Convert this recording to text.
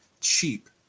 cheap